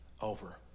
over